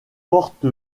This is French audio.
porte